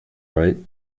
right